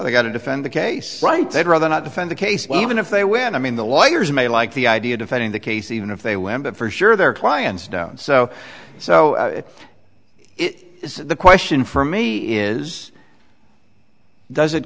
they've got to defend the case they'd rather not defend the case well even if they win i mean the lawyers may like the idea defending the case even if they win but for sure their clients don't so so it's the question for me is does it